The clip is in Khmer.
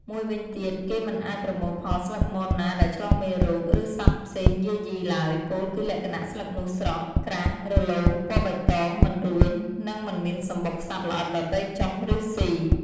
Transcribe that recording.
មួយវិញទៀតគេមិនអាចប្រមូលផលស្លឹកមនណាដែលឆ្លងមេរោគ ឬសត្វផ្សេងយីយាឡើយ ពោលគឺលក្ខណៈស្លឹកនោះស្រស់ ក្រាស រលោង ពណ៌បៃតង មិនរួញ និងមិនមានសំបុកសត្វល្អិតដទៃចុះ ឬស៊ី។